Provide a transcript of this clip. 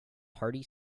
hearty